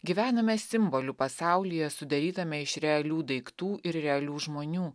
gyvename simbolių pasaulyje sudarytame iš realių daiktų ir realių žmonių